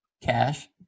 cash